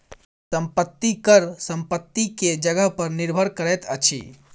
संपत्ति कर संपत्ति के जगह पर निर्भर करैत अछि